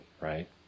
right